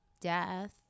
death